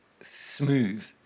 smooth